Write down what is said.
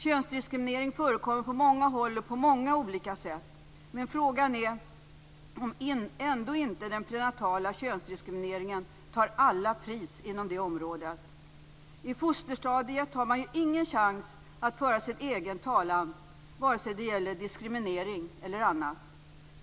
Könsdiskriminering förekommer på många håll och på många olika sätt. Men frågan är om ändå inte den prenatala könsdiskrimineringen tar alla pris inom det området. På fosterstadiet har man ju ingen chans att föra sin egen talan vare sig det gäller diskriminering eller annat.